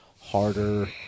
harder